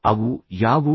ಅವು ಯಾವುವು